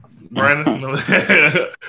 Brandon